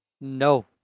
No